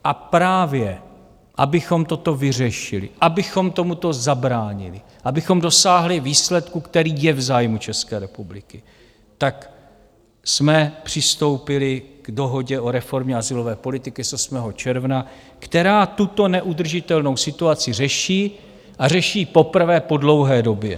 A právě abychom toto vyřešili, abychom tomuto zabránili, abychom dosáhli výsledku, který je v zájmu České republiky, tak jsme přistoupili k dohodě o reformě azylové politiky z 8. června, která tuto neudržitelnou situaci řeší, a řeší poprvé po dlouhé době.